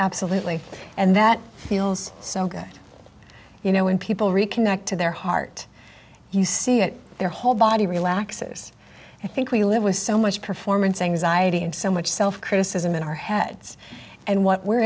absolutely and that feels so good you know when people reconnect to their heart you see it their whole body relaxes i think we live with so much performance anxiety and so much self criticism in our heads and what we're